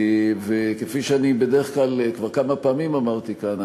וכפי שכבר כמה פעמים אמרתי כאן,